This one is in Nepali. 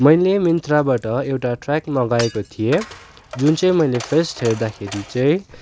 मैले मिन्त्राबट एउटा ट्रयाक मगाएको थिएँ जुन चाहिँ मैले फ्रेस हेर्दाखेरि चाहिँ